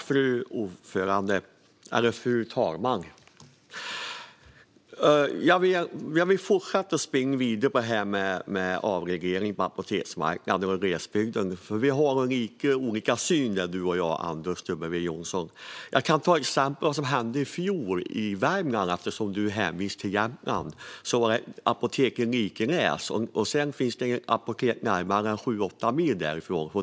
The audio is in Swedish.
Fru talman! Jag vill spinna vidare på frågan om avregleringen av apoteksmarknaden och glesbygden. Anders W Jonsson och jag har lite olika syn i frågan. Jag kan ge ett exempel på vad som hände i fjol i Värmland, med tanke på att Anders W Jonsson hänvisade till Jämtland. Det finns ett apotek i Likenäs, och nästa apotek finns sju-åtta mil därifrån.